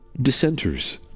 dissenters